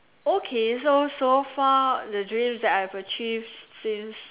okay so so far the dreams that I have achieved since